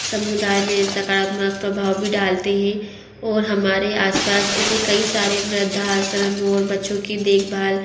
समुदाय में सकारात्मक प्रभाव भी डालते हैं और हमारे आस पास एसे कई सारे वृद्धाश्रम बच्चों की देखभाल